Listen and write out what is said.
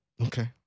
Okay